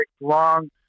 long